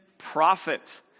prophet